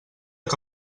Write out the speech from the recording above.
que